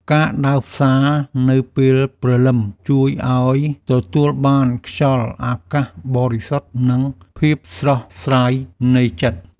ការដើរផ្សារនៅពេលព្រលឹមជួយឱ្យទទួលបានខ្យល់អាកាសបរិសុទ្ធ និងភាពស្រស់ស្រាយនៃចិត្ត។